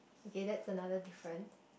okay that's another different